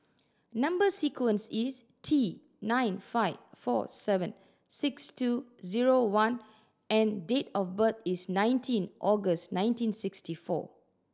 number sequence is T nine five four seven six two zero one and date of birth is nineteen August nineteen sixty four